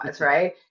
right